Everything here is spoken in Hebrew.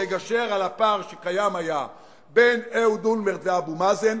לגשר על הפער שקיים היה בין אהוד אולמרט ואבו מאזן,